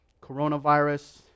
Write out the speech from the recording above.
Coronavirus